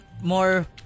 more